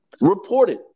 reported